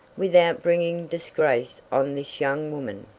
without bringing disgrace on this young woman.